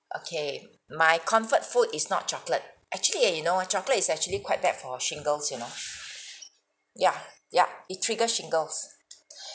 okay my comfort food is not chocolate actually ah you know chocolate is actually quite bad for shinglesyou know yeah ya it triggers shingles